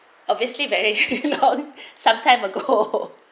obviously very not sometime ago